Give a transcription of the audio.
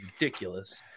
ridiculous